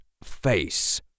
face